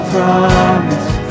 promise